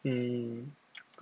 mm